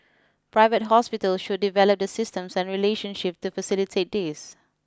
private hospitals should develop the systems and relationships to facilitate this